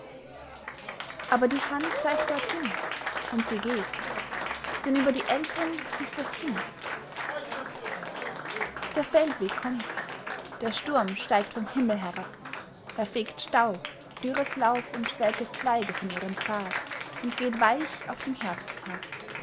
aber die hand zeigt dorthin und sie geht denn über die eltern ist das kind der feldweg kommt der sturm steigt vom himmel herab er fegt staub dürres laub und welke zweige von ihrem pfad und geht weich auf dem